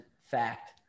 fact